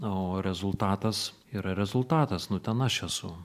o rezultatas yra rezultatas nu ten aš esu